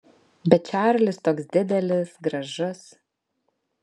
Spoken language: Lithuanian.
bet čarlis toks didelis gražus